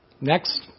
Next